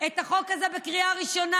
את החוק הזה בקריאה הראשונה,